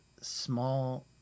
small